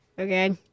Okay